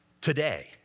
today